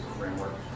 framework